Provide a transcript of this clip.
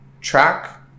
track